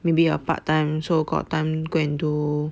maybe a part time so got time go and do